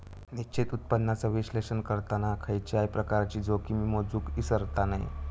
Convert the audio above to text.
निश्चित उत्पन्नाचा विश्लेषण करताना खयच्याय प्रकारची जोखीम मोजुक इसरता नये